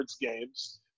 games